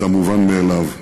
את המובן מאליו: